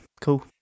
cool